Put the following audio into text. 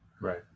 Right